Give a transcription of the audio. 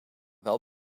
wel